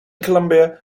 colombia